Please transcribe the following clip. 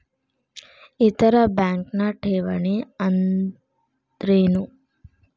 ಇತರ ಬ್ಯಾಂಕ್ನ ಠೇವಣಿ ಅನ್ದರೇನು?